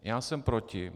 Já jsem proti.